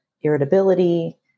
irritability